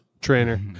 trainer